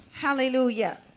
Hallelujah